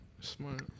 Smart